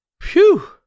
Phew